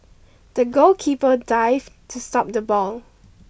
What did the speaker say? the goalkeeper dived to stop the ball